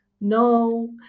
no